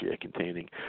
containing